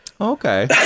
Okay